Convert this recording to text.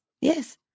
yes